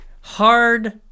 Hard